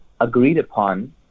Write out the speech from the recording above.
agreed-upon